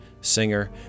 singer